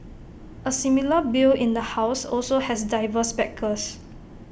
A similar bill in the house also has diverse backers